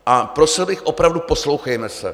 A prosil bych opravdu, poslouchejme se.